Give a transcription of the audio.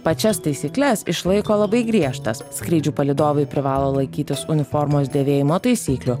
pačias taisykles išlaiko labai griežtas skrydžių palydovai privalo laikytis uniformos dėvėjimo taisyklių